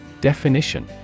Definition